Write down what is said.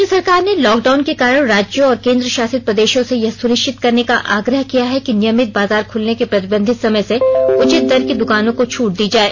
केंद्र सरकार ने लॉकडाउन के कारण राज्यों और केन्द्रशासित प्रदेशों से यह सुनिश्चित करने का आग्रह किया है कि नियमित बाजार खुलने के प्रतिबंधित समय से उचित दर की दुकानों को छूट दी जाए